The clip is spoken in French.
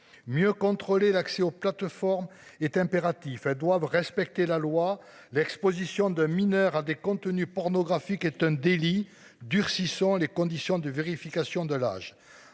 mieux contrôler l'accès aux plateformes est impératif et doivent respecter la loi. L'exposition de mineurs à des contenus pornographiques est un délit durcissant les conditions de vérification de l'âge,